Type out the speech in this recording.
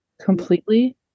completely